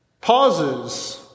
pauses